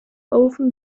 often